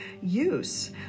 use